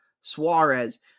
Suarez